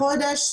חודש,